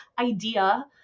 idea